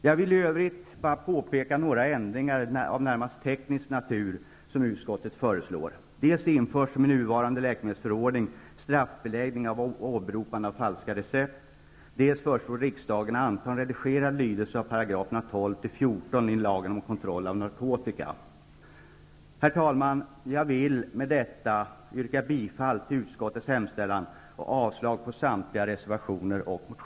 Jag vill i övrigt peka på några ändringar av närmast teknisk natur som utskottet föreslår. I nuvarande läkemedelsförordning föreslås införande av straffbeläggning av åberopande av falska recept.